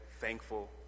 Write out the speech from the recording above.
Thankful